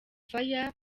fire